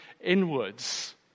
inwards